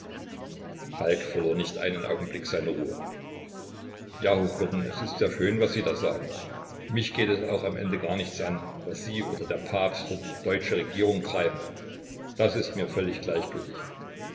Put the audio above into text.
falk verlor nicht einen augenblick seine ruhe ja hochwürden es ist sehr schön was sie da sagen mich geht es auch am ende gar nichts an was sie oder der papst oder die deutsche regierung treiben das ist mir völlig gleichgültig